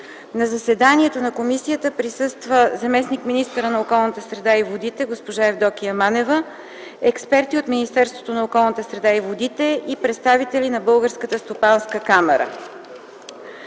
На заседанието на комисията присъства заместник-министърът на околната среда и водите госпожа Евдокия Манева, експерти от Министерството на околната среда и водите и представители на Българската стопанска камара.